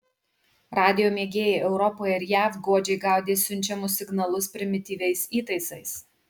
radijo mėgėjai europoje ir jav godžiai gaudė siunčiamus signalus primityviais įtaisais